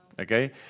Okay